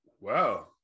wow